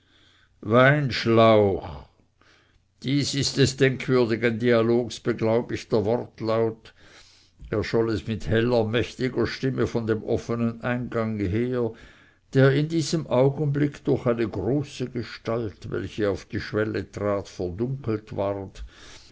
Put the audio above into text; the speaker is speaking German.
weinschlauch dies ist des denkwürdigen dialogs beglaubigter wortlaut erscholl es mit heller mächtiger stimme von dem offenen eingange her der in diesem augenblicke durch eine große gestalt welche auf die schwelle trat verdunkelt ward